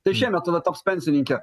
tai šiemet tada taps pensininke